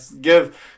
give